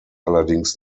allerdings